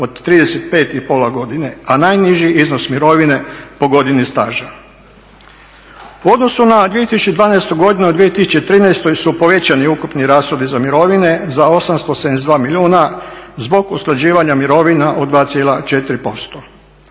od 35,5 godina a najniži iznos mirovine po godini staža. U odnosu na 2012. u 2013. su povećani ukupni rashodi za mirovine za 872 milijuna zbog usklađivanja mirovina od 2,4%.